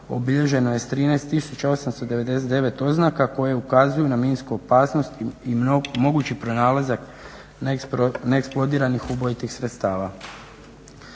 obilježeno je s 13,889 oznaka koje ukazuju na minsku opasnost i mogući pronalazak neeksplodiranih ubojitih sredstava.